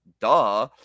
duh